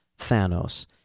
Thanos